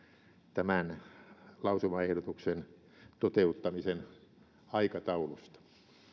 tämän lausumaehdotuksen toteuttamisen aikataulusta